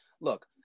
Look